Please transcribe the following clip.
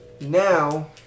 Now